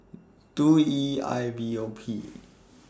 two E I V O P